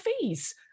fees